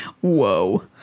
Whoa